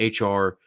HR